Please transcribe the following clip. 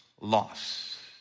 loss